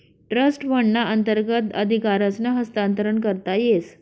trust फंडना अंतर्गत अधिकारसनं हस्तांतरण करता येस